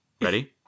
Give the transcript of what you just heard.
Ready